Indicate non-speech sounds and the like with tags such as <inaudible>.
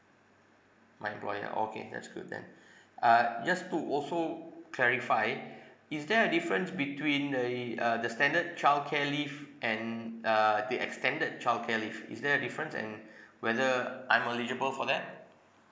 my employer okay that's good then <breath> uh just to also clarify <breath> is there a difference between the uh the standard childcare leave and uh the extended childcare leave is there a difference and <breath> whether I'm eligible for that